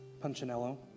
Punchinello